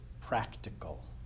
practical